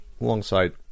alongside